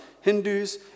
Hindus